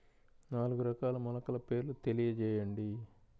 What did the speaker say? నాలుగు రకాల మొలకల పేర్లు తెలియజేయండి?